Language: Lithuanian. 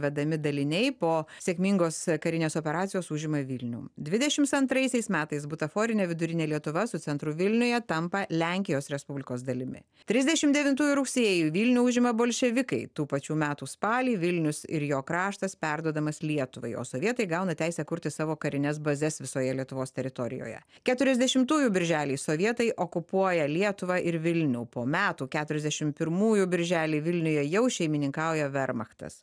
vedami daliniai po sėkmingos karinės operacijos užima vilnių dvidešims antraisiais metais butaforinė vidurinė lietuva su centru vilniuje tampa lenkijos respublikos dalimi trisdešim devintųjų rugsėjį vilnių užima bolševikai tų pačių metų spalį vilnius ir jo kraštas perduodamas lietuvai o sovietai įgauna teisę kurti savo karines bazes visoje lietuvos teritorijoje keturiasdešimtųjų birželį sovietai okupuoja lietuvą ir vilnių po metų keturiasdešim pirmųjų birželį vilniuje jau šeimininkauja vermachtas